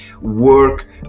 work